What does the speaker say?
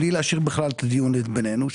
בלי להשאיר את הדיון בינינו,